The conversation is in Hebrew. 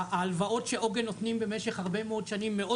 ההלוואות שעוגן נותנים במשך הרבה מאוד שנים מאוד